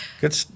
Good